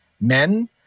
men